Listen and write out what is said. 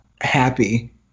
happy